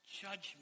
judgment